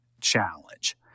challenge